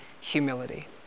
humility